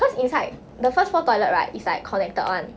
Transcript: cause inside the first floor toilet right it's like connected [one]